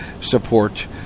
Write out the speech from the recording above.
support